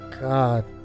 God